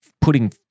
putting